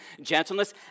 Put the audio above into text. gentleness